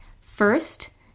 First